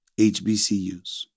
HBCUs